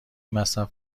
مصرف